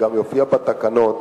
זה גם יופיע בתקנות,